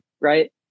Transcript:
right